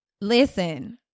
Listen